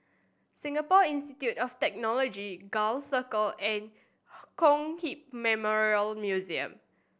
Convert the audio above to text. Singapore Institute of Technology Gul Circle and Kong Hiap Memorial Museum